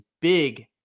big